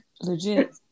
legit